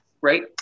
right